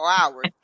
hours